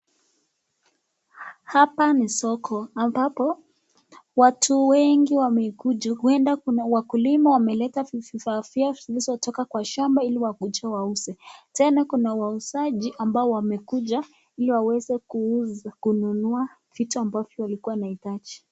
Hapa ni soko ambapo watu wengi wamekuja, ueda wakulima wameleta vitu za afya zilizotoka kwa shamba ili wakuje wauze. Tena kuna wauzaji ambao wamekuja ili waweze kuuza kununua hicho ambacho walikuwa wanaitaji.